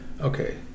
Okay